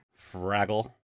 Fraggle